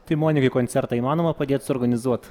tai monikai koncertą įmanoma padėt suorganizuot